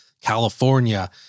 California